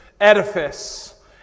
edifice